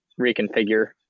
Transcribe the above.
reconfigure